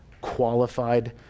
qualified